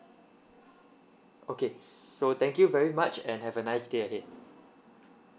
okay so thank you very much and have a nice day ahead